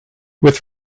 with